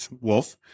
wolf